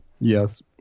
yes